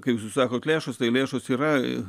kaip sakot lėšos tai lėšos yra